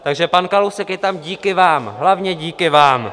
Takže pan Kalousek je tam díky vám, hlavně díky vám.